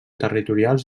territorials